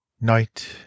Night